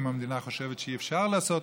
אם המדינה חושבת שאי-אפשר לעשות